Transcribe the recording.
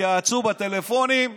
התייעצו בטלפונים עם